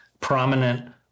prominent